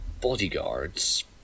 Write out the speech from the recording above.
bodyguards